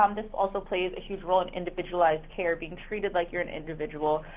um this also plays a huge role in individualized care, being treated like you're an individual,